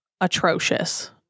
atrocious